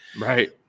Right